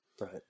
right